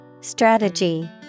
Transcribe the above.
Strategy